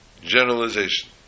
generalization